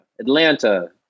Atlanta